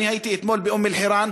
אני הייתי אתמול באום-אלחיראן,